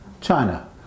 China